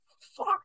fuck